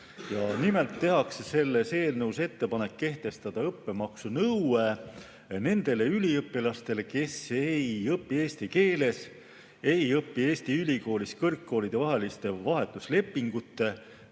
Nimelt tehakse selles eelnõus ettepanek kehtestada õppemaksunõue nendele üliõpilastele, kes ei õpi eesti keeles, ei õpi Eesti ülikoolis kõrgkoolidevaheliste vahetuslepingute